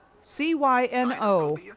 C-Y-N-O